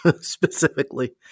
specifically